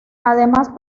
además